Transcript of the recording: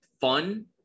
fun